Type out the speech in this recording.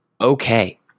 okay